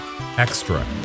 extra